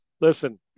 Listen